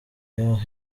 yaho